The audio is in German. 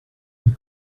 die